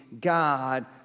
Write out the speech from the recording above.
God